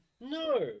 No